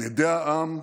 על ידי העם,